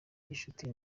gicuti